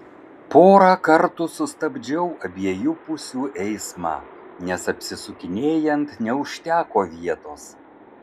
porą kartų sustabdžiau abiejų pusių eismą nes apsisukinėjant neužteko vietos